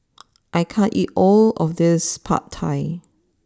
I can't eat all of this Pad Thai